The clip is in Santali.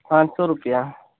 ᱯᱟᱸᱪᱥᱳ ᱨᱩᱯᱤᱭᱟ